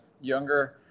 younger